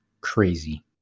Crazy